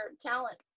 talent